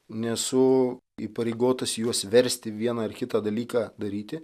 nesu įpareigotas juos versti vieną ar kitą dalyką daryti